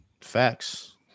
Facts